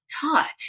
taught